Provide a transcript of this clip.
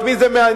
את מי זה מעניין?